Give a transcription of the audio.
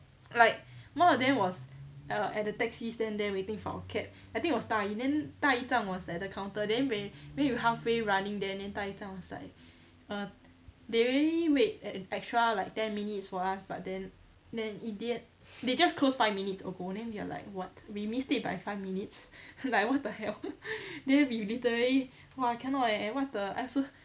like one of them was err at the taxi stand there waiting for our cab I think it was 大姨 then 大姨丈 was at the counter then when we halfway running there then 大姨丈 was like err they already wait an extra like ten minutes for us but then then in the end they just closed five minutes ago then we are like what we missed it by five minutes like what the hell then we literally !wah! cannot eh like what the I so